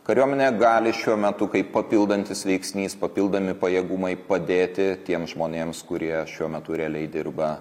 kariuomenė gali šiuo metu kaip papildantis veiksnys papildomi pajėgumai padėti tiems žmonėms kurie šiuo metu realiai dirba